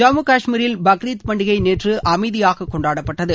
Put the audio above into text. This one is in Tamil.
ஜம்மு கஷ்மீரில் பக்ரீத் பண்டிகை நேற்று அமைதியாக கொண்டாடப்பட்டது